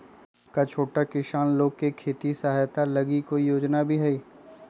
का छोटा किसान लोग के खेती सहायता के लगी कोई योजना भी हई?